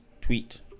tweet